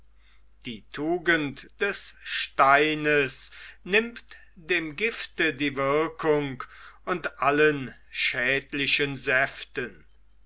die tugend des steines nimmt dem gifte die wirkung und allen schädlichen säften